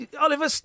Oliver